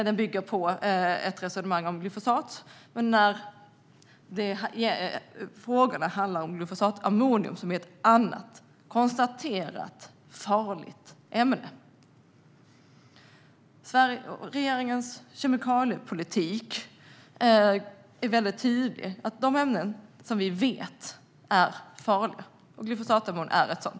Detta bygger på ett resonemang om glyfosat, men frågan handlar om glufosinatammonium som är ett annat ämne, som är konstaterat farligt. Regeringens kemikaliepolitik är väldigt tydlig. Det finns ämnen som vi vet är farliga - och glufosinatammonium är ett farligt ämne.